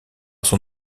son